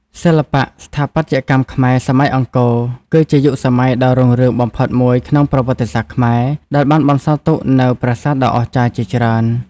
សិល្បៈស្ថាបត្យកម្មខ្មែរសម័យអង្គរ គឺជាយុគសម័យដ៏រុងរឿងបំផុតមួយក្នុងប្រវត្តិសាស្រ្តខ្មែរ ដែលបានបន្សល់ទុកនូវប្រាសាទដ៏អស្ចារ្យជាច្រើន។